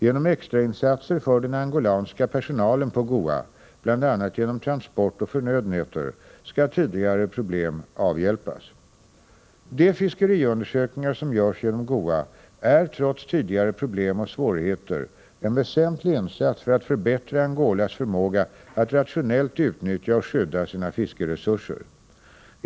Genom extrainsatser för den angolanska personalen på GOA skall tidigare problem avhjälpas. De fiskeriundersökningar som görs genom GOA äär trots tidigare problem och svårigheter en väsentlig insats för att förbättra Angolas förmåga att rationellt utnyttja och skydda sina fiskeresurser.